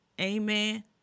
Amen